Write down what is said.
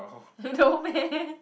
no meh